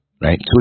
right